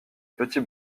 petit